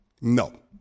No